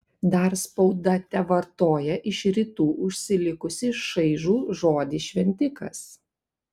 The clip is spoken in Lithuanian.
dar spauda tevartoja iš rytų užsilikusį šaižų žodį šventikas